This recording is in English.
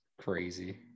crazy